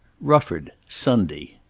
rufford, sunday.